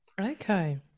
okay